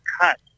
cut